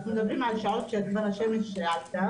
אנחנו מדברים על השעות שכבר השמש עלתה.